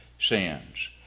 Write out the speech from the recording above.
sins